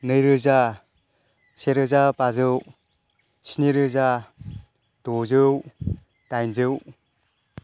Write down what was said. नैरोजा सेरोजा बाजौ स्निरोजा द'जौ दाइनजौ